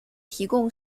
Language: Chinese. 提供